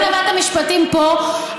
אם למדת משפטים פה,